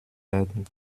werden